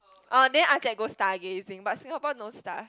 orh then after that go star gazing but Singapore no star